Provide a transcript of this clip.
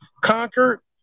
conquered